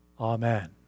Amen